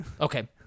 Okay